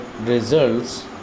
results